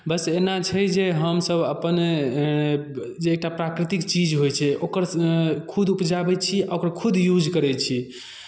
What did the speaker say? बस एना छै जे हमसभ अपने जे एकटा प्राकृतिक चीज होइ छै ओकर खुद उपजाबै छी आओर ओकरा खुद यूज करै छी